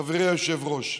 חברי היושב-ראש?